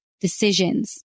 decisions